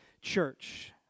Church